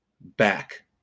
back